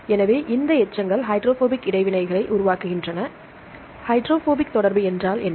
எனவே இந்த எச்சங்கள் ஹைட்ரோபோபிக் இடைவினைகளை உருவாக்குகின்றன ஹைட்ரோபோபிக் தொடர்பு என்றால் என்ன